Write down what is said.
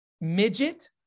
midget